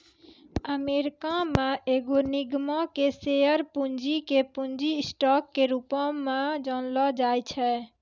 America मे एगो निगमो के शेयर पूंजी के पूंजी स्टॉक के रूपो मे जानलो जाय छै